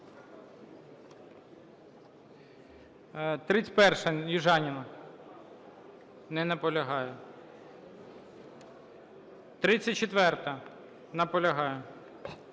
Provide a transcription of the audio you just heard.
31-а, Южаніна. Не наполягає. 34-а? Наполягає.